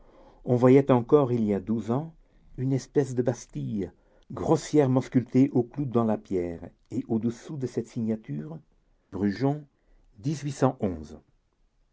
on voyait encore il y a douze ans une espèce de bastille grossièrement sculptée au clou dans la pierre et au-dessous cette signature